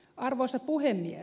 arvoisa puhemies